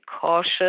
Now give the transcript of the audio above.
cautious